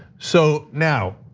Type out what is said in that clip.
so now,